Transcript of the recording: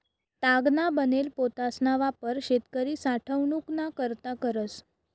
तागना बनेल पोतासना वापर शेतकरी साठवनूक ना करता करस